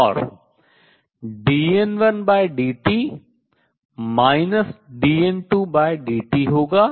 और dN1dt dN2dt होगा